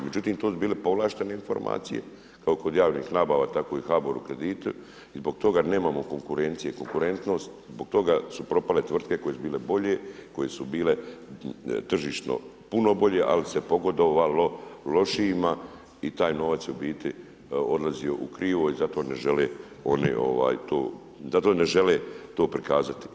Međutim, to su bile povlaštene informacije, kod javnih nabava, tako i HBOR kredite i zbog toga nemamo konkurencije i konkurentnosti, zbog toga su propale tvrtke, koje su bile bolje, koje su bile tržišno puno bolje, ali se je pogodovalo lošijima i taj novac je u biti odlazio u krivo, i zato ne žele oni to prikazati.